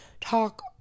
talk